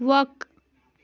وَق